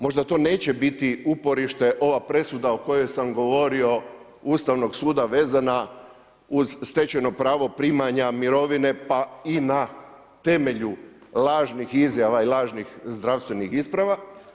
Možda to neće biti uporište, ova presuda o kojoj sam govorio Ustavnog suda vezana uz stečajno pravo primanja mirovine pa i na temelju lažnih izjava i lažnih zdravstvenih isprava.